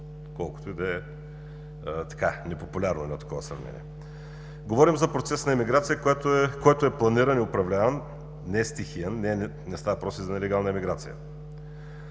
колкото и да е така непопулярно едно такова сравнение. Говорим за процес на емиграция, който е планиран и управляван, нестихиен, не става въпрос и за нелегална емиграция.